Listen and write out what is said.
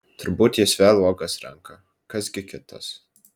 turbūt jis vėl uogas renka kas gi kitas